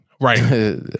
Right